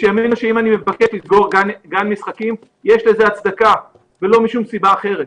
שיאמינו שאם אני מפקד לסגור גן משחקים יש לזה הצדקה ולא משום סיבה אחרת.